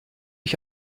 ich